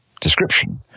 description